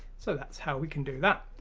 so that's how we can do that!